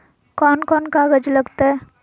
कौन कौन कागज लग तय?